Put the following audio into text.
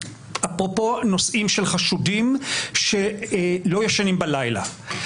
אפרופו הנושאים של חשודים שלא ישנים בלילה: